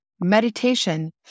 meditation